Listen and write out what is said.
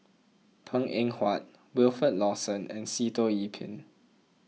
Png Eng Huat Wilfed Lawson and Sitoh Yih Pin